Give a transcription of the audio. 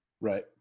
right